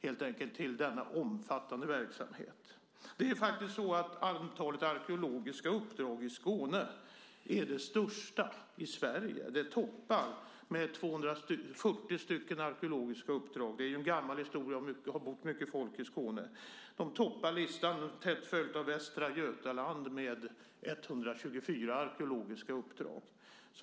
helt enkelt inte till denna omfattande verksamhet. Antalet arkeologiska uppdrag i Skåne är det största i Sverige. Skåne ligger i topp med 240 arkeologiska uppdrag. Det är en gammal historisk bygd där det har bott mycket folk. Därefter följer Västra Götaland med 124 arkeologiska uppdrag.